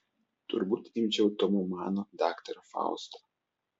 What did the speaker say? turbūt imčiau tomo mano daktarą faustą